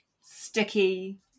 sticky